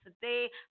today